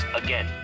again